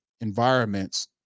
environments